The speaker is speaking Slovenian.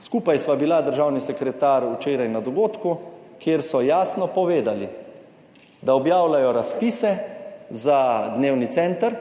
Skupaj sva bila, državni sekretar, včeraj na dogodku, kjer so jasno povedali, da objavljajo razpise za dnevni center